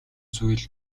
зүйл